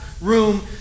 room